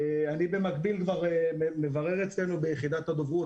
אני במקביל כבר מברר אצלנו ביחידת הדוברות